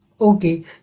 Okay